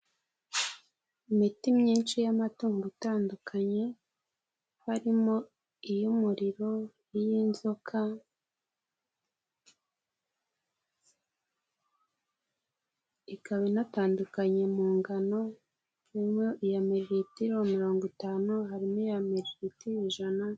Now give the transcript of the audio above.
IImiti myinshi y'amatungo itandukanye, harimo iy'umuriro, iy'inzoka ikaba inatandukanye mu ngano harimo iya miriritiro mirongo itanu, harimo iya miriritiro ijana.